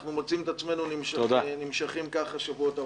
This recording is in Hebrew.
ואנחנו מוצאים את עצמנו נמשכים ככה שבועות ארוכים.